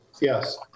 Yes